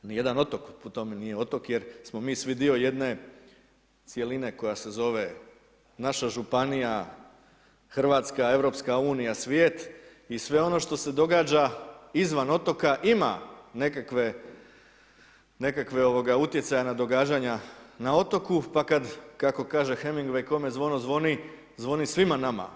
Ni jedan otok po tome nije otok, jer smo mi svi dio jedne cjeline koja se zove naša županija, Hrvatska, EU, svijet i sve ono što se događa izvan otoka ima nekakve utjecaje na događanja na otoku, pa kad, kako kaže Hemingway kome zvono zvoni, zvoni svima nama.